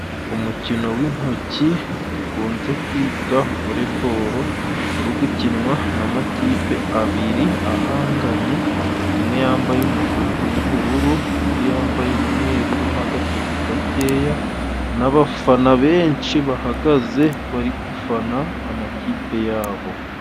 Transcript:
Umukino w'intoki dukunze kwita "voleboro" uri gukinwa n'amakipe abiri ahanganye, imwe yambaye umutuku n'ubururu, indi yambaye umweru urimo agatuku gakeya n'abafana benshi bahagaze bari gufana amakipe yabo.